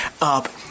up